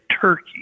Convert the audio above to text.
turkey